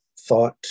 thought